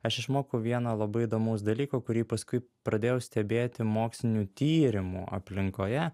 aš išmokau vieno labai įdomaus dalyko kurį paskui pradėjau stebėti mokslinių tyrimų aplinkoje